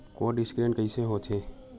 Code scan कइसे होथे?